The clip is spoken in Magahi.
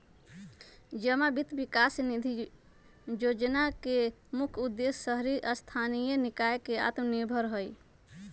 जमा वित्त विकास निधि जोजना के मुख्य उद्देश्य शहरी स्थानीय निकाय के आत्मनिर्भर हइ